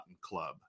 Club